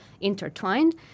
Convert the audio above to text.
intertwined